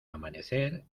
amanecer